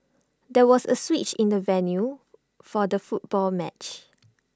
there was A switch in the venue for the football match